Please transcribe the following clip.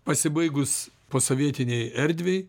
pasibaigus posovietinei erdvei